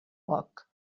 poc